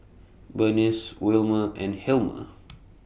Bernice Wilmer and Hilmer